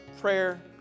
prayer